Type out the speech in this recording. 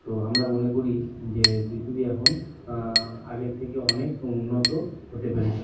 তো আমরা মনে করি যে পৃথিবী এখন আগের থেকে অনেক উন্নত হতে পেরেছে